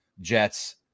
Jets